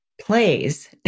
plays